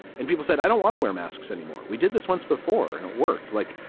and people said, i don't want to wear masks anymore. we did this once before and it worked. like,